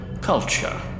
culture